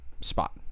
spot